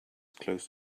close